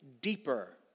deeper